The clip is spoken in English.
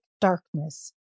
darkness